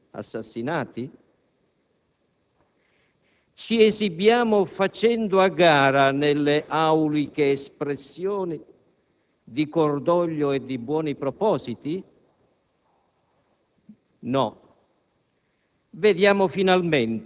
Cosa diciamo rispetto al vile ed efferato episodio di cui ci occupiamo? Diciamo che siamo di fronte ad un caso di atrocità?